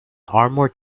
armoured